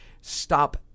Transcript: stop